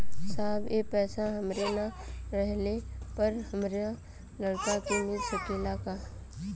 साहब ए पैसा हमरे ना रहले पर हमरे लड़का के मिल सकेला का?